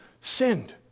sinned